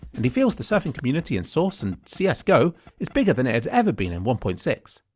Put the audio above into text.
and he feels the surfing community in source and cs go is bigger than it had ever been in one point six.